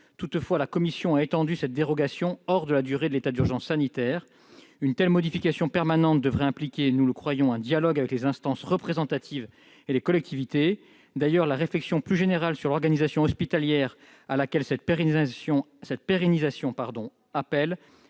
Toutefois, la commission a étendu cette dérogation au-delà de la durée de l'état d'urgence sanitaire. Une telle modification permanente devrait impliquer un dialogue avec les instances représentatives et les collectivités. D'ailleurs, la réflexion plus générale sur l'organisation hospitalière que cette pérennisation appelle